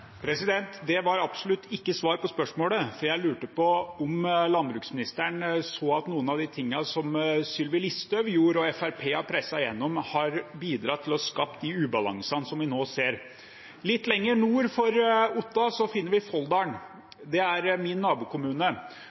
Det var absolutt ikke svar på spørsmålet. Jeg lurte på om landbruksministeren så at noe av det som Sylvi Listhaug gjorde og Fremskrittspartiet har presset gjennom, har bidratt til å skape de ubalansene som vi nå ser. Litt lenger nord for Otta finner vi Folldal. Det er min nabokommune.